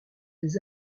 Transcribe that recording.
des